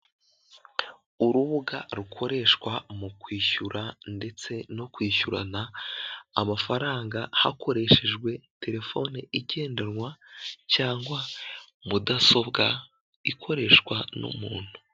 Urubuga rukoreshwa mu kwishyura ndetse no kwishyurana amafaranga hakoreshejwe terefone igendanwa cyangwa mudasobwa ikoreshwa n'umuntu.